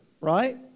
right